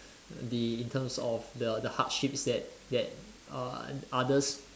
the in terms of the the hardship that that uh others